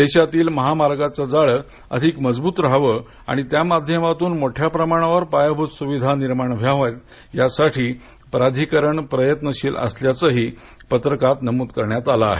देशातील महामार्गांचे जाळं अधिक मजबूत व्हावं आणि त्या माध्यमातून मोठ्या प्रमाणावर पायाभूत सुविधा निर्माण व्हाव्यात या उद्देश्याने प्राधिकरण प्रयत्नशील असल्याचंही प्रसिद्धीपत्रकात नमूद करण्यात आलं आहे